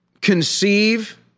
conceive